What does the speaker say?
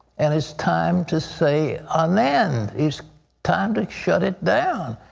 and it's time to say an end it's time to shut it down.